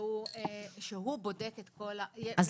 שהוא בודק את כל --- אז,